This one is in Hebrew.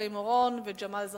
חיים אורון וג'מאל זחאלקה,